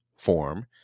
form